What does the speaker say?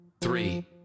three